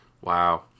Wow